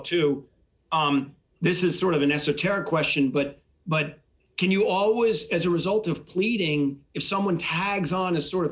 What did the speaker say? too this is sort of an esoteric question but but can you always as a result of pleading if someone tags on a sort of